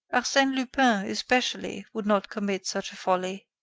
arsene lupin, especially, would not commit such a folly.